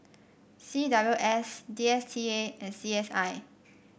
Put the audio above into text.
C W S D S T A and C S I